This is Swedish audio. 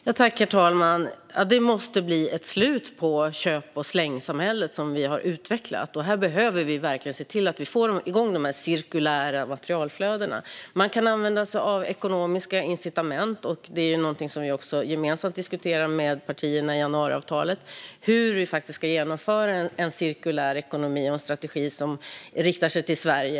Herr talman! Ja, det måste bli ett slut på det köp-och-släng-samhälle som vi har utvecklat. Vi behöver verkligen se till att få igång de cirkulära materialflödena. Man kan använda ekonomiska incitament. Det är också något som partierna i januariavtalet gemensamt diskuterar. Hur ska vi genomföra en cirkulär ekonomi och strategi som riktar sig till Sverige?